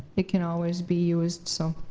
it can always be used, so.